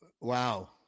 wow